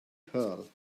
pearl